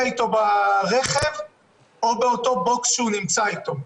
אתו ברכב או באותו בוקס שהוא נמצא אתו.